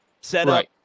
setup